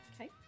Okay